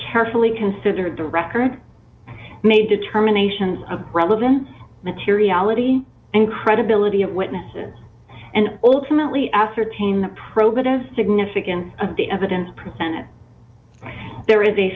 carefully considered the record made determinations of relevant materiality and credibility of witnesses and ultimately ascertain the progress significance of the evidence presented there is a